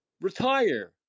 Retire